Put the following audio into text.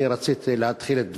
אני רציתי להתחיל את דברי: